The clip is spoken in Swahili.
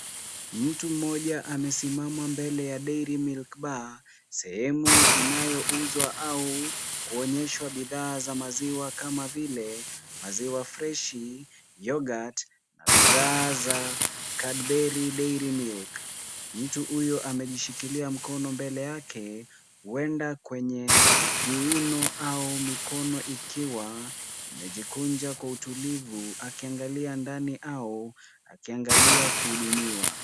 Mtu mmoja amesimama mbele ya dairy milk bar ,sehemu inayouzwa au kuonyeshwa bidhaa za maziwa kama vile maziwa fresh, yoghurt na bidhaa za cardberry dairy milk .Mtu huyu amejishikilia mkono mbele yake huenda kwenye kiuno au mikono ikiwa imejikunja kwa utulivu, akiangalia ndani au akiangalia kuhudumiwa.